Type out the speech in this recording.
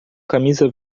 camisa